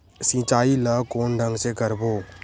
सिंचाई ल कोन ढंग से करबो?